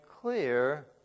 clear